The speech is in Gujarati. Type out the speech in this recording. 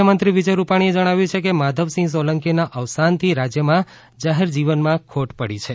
મુખ્યમંત્રી વિજય રૂપાણીએ જણાવ્યું છે કે માધવસિંહ સોલંકીના અવસાનથી રાજ્યના જાહેરજીવનમાં મોટી ખોટ પડી છે